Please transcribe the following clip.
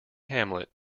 hamlet